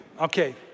okay